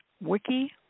wiki